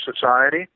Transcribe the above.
society